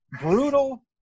brutal